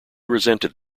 resented